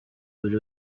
buri